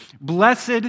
Blessed